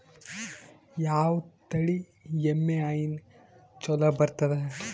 ಯಾವ ತಳಿ ಎಮ್ಮಿ ಹೈನ ಚಲೋ ಬರ್ತದ?